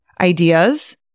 ideas